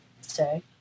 say